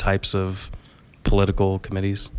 types of political committees